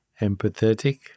empathetic